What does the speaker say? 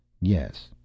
Yes